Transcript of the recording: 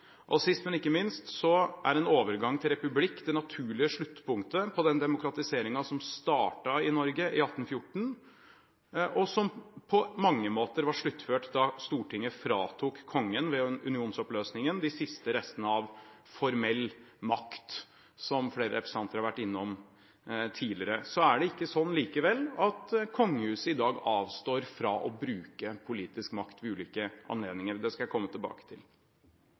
symbol. Sist, men ikke minst, er en overgang til republikk det naturlige sluttpunktet på den demokratiseringen som startet i Norge i 1814, og som på mange måter var sluttført da Stortinget fratok kongen de siste restene av formell makt ved unionsoppløsningen, som flere representanter har vært innom tidligere. Det er likevel ikke slik at kongehuset i dag avstår fra å bruke politisk makt ved ulike anledninger, og det skal jeg komme tilbake til.